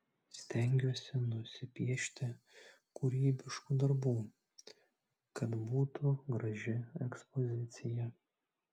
stengiuosi nusipiešti kūrybiškų darbų kad būtų graži ekspozicija